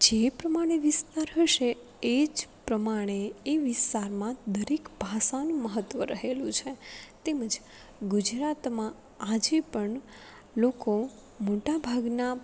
જે પ્રમાણે વિસ્તાર હશે એ જ પ્રમાણે એ વિસ્તારમાં દરેક ભાષાનું મહત્ત્વ રહેલું છે તેમજ ગુજરાતમાં આજે પણ લોકો મોટા ભાગના